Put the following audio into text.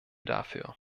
dafür